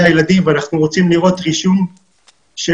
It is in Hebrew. הילדים ואנחנו רוצים לראות רישום מעורב.